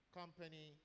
company